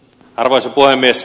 arvoisa puhemies